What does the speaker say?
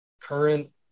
current